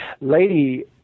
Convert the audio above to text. Lady